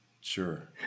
Sure